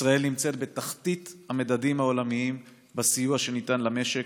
ישראל נמצאת בתחתית המדדים העולמיים בסיוע שניתן למשק,